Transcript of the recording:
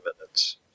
minutes